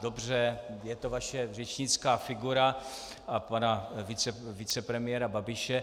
Dobře, je to vaše řečnická figura a pana vicepremiéra Babiše.